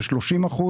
ב-30%.